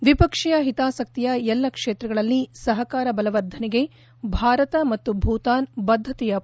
ದ್ವಿಪಕ್ಷೀಯ ಹಿತಾಸಕ್ತಿಯ ಎಲ್ಲಾ ಕ್ಷೇತ್ರಗಳಲ್ಲಿ ಸಹಕಾರ ಬಲವರ್ಧನೆಗೆ ಭಾರತ ಮತ್ತು ಭೂತಾನ್ ಬದ್ದತೆಯ ಪುನರುಚ್ಲಾರ